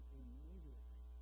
immediately